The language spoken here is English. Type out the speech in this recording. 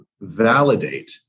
validate